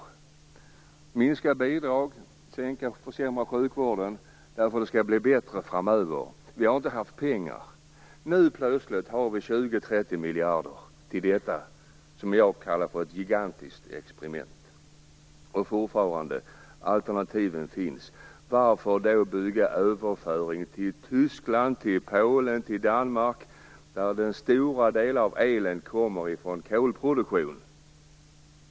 Det var minskade bidrag och försämringar av sjukvården för att det skulle bli bättre framöver. Vi har inte haft pengar. Nu har vi plötsligt 20-30 miljarder kronor till detta, som jag kallar för ett gigantiskt experiment. Och fortfarande: Alternativen finns. Men varför då bygga överföring till Tyskland, Polen och Danmark, där stora delar av elen kommer från kolproduktion?